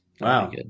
Wow